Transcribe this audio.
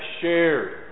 shared